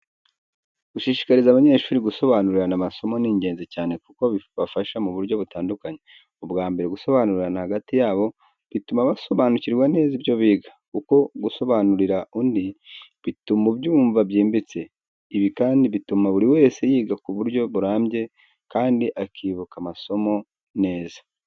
Gushishikariza abanyeshuri gusobanurirana amasomo ni ingenzi cyane kuko bibafasha mu buryo butandukanye. Ubwa mbere, gusobanurirana hagati yabo bituma basobanukirwa neza ibyo biga, kuko gusobanurira undi bituma ubyumva byimbitse. Ibi kandi bituma buri wese yiga ku buryo burambye kandi akibuka amasomo neza.